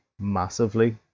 massively